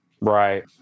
Right